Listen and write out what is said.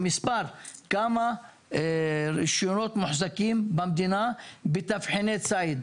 כמה רישיונות מוחזקים במדינה בתבחיני ציד.